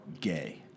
gay